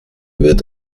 wird